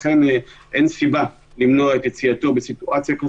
בחלק אחר מהמדינות זה היה עם אפשרות יציאה לפי בדיקות.